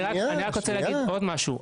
אני רוצה לומר עוד משהו.